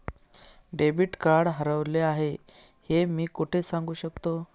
Debit card हरवले आहे हे मी कोठे सांगू शकतो?